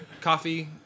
Coffee